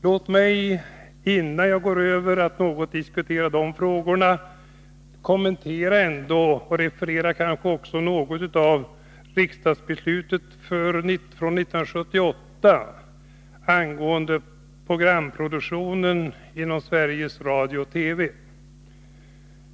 Låt mig dock innan jag går över till att något diskutera dessa frågor kommentera och referera något av riksdagsbeslutet från 1978 angående programproduktionen inom Sveriges Radio och TV.